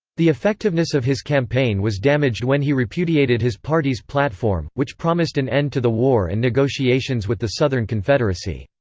the effectiveness of his campaign was damaged when he repudiated his party's platform, which promised an end to the war and negotiations with the southern confederacy.